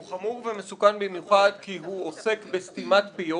הוא חמור ומסוכן במיוחד, כי הוא עוסק בסתימת פיות.